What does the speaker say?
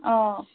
অ